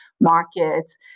markets